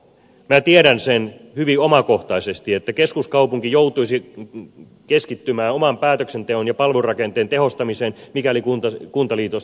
minä tiedän sen hyvin omakohtaisesti että keskuskaupunki joutuisi keskittymään oman päätöksentekonsa ja palvelurakenteensa tehostamiseen mikäli kuntaliitos toteutuisi